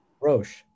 Roche